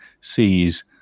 sees